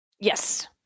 Yes